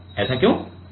ऐसा क्यों है